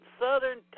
southern